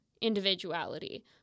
individuality